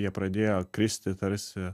jie pradėjo kristi tarsi